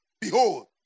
behold